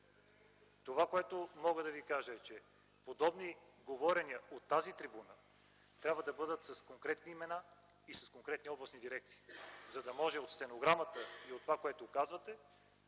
Това, което мога да Ви кажа, е, че подобни говорения от тази трибуна, трябва да бъдат с конкретни имена и с конкретни областни дирекции, за да може от стенограмата, и от това, което казвате,